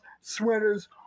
sweaters